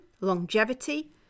longevity